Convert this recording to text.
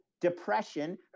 Depression